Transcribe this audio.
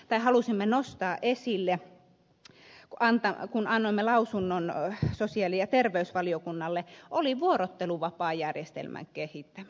minkä halusimme nostaa esille myös työelämä ja tasa arvovaliokunnassa kun annoimme lausunnon sosiaali ja terveysvaliokunnalle oli vuorotteluvapaajärjestelmän kehittäminen